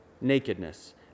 nakedness